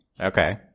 Okay